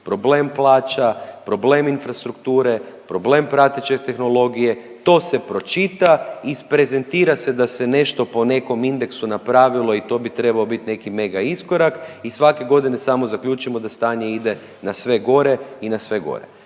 problem plaća, problem infrastrukture, problem prateće tehnologije. To se pročita, isprezentira se da se nešto po nekom indeksu napravilo i to bi trebao biti neki mega iskorak i svake godine samo zaključimo da stanje ide na sve gore i na sve gore.